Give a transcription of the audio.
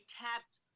tapped